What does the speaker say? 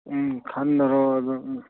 ꯎꯝ ꯈꯟꯅꯔꯣ ꯑꯗꯨ ꯎꯝ